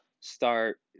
start